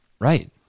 Right